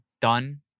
done